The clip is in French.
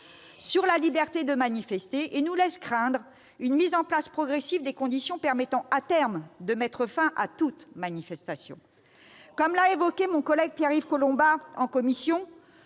la liberté de manifester, nous laissant craindre la mise en place progressive des conditions permettant, à terme, de mettre fin à toute manifestation. Ridicule ! Comme l'a demandé mon collègue Pierre-Yves Collombat en commission,